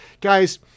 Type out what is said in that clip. guys